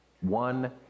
One